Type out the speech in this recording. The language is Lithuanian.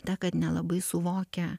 ta kad nelabai suvokia